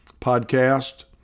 podcast